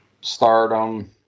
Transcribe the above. stardom